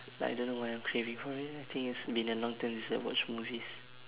I don't know why I'm craving for it I think it's been a long time since I watched movies